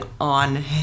on